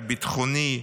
הביטחוני,